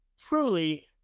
truly